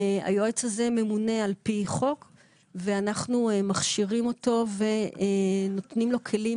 היועץ הזה ממונה על פי חוק ואנחנו מכשירים אותו ונותנים לו כלים,